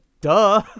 duh